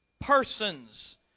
persons